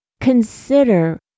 consider